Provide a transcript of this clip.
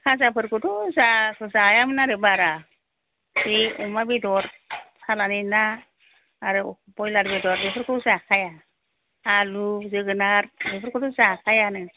खाजाफोरखौथ' जायामोन आरो बारा बे अमा बेदर सालानि ना आरो ब्र'यलार बेदर बेफोरखौ जाखाया आलु जोगोनार बेफोरखौथ' जाखायानो